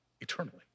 eternally